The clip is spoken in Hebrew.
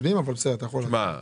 איפה פה קשור הקורונה?